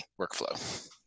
workflow